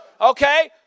Okay